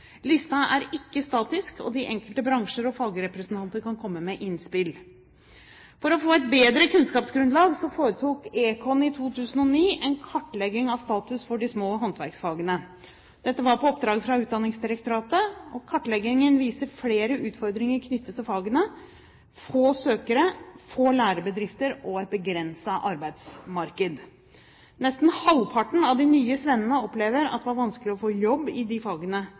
Lista er ikke statisk, og de enkelte bransjer og fagrepresentanter kan komme med innspill. For å få et bedre kunnskapsgrunnlag foretok Econ i 2009 en kartlegging av status for de små håndverksfagene. Dette var på oppdrag fra Utdanningsdirektoratet. Kartleggingen viser flere utfordringer knyttet til fagene: få søkere, få lærebedrifter og et begrenset arbeidsmarked. Nesten halvparten av de nye svennene opplevde at det var vanskelig å få jobb i det faget de